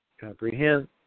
comprehend